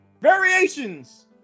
variations